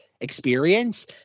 Experience